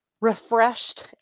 refreshed